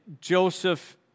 Joseph